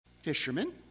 Fishermen